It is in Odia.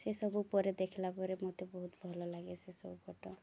ସେସବୁ ପରେ ଦେଖିଲା ପରେ ମତେ ବହୁତ ଭଲ ଲାଗେ ସେସବୁ ଫଟୋ